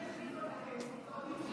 יעלו את השכר,